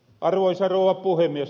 arvoisa rouva puhemies